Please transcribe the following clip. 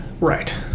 Right